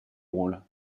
rôles